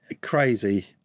crazy